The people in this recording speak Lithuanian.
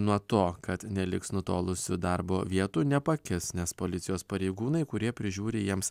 nuo to kad neliks nutolusių darbo vietų nepakis nes policijos pareigūnai kurie prižiūri jiems